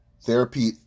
therapy